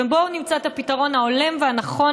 ובואו נמצא את הפתרון ההולם והנכון